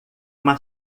uma